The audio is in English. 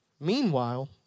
Meanwhile